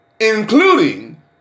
including